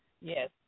Yes